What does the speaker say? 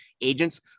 agents